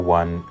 one